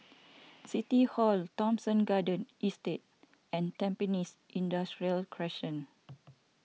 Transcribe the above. City Hall Thomson Garden Estate and Tampines Industrial Crescent